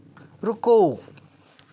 रुको